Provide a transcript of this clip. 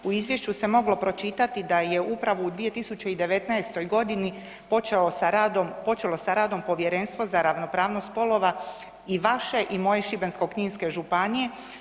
U izvješću se moglo pročitati da je upravo u 2019. godini počelo sa radom Povjerenstvo za ravnopravnost spolova i vaše i moje Šibensko-kninske županije.